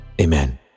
amen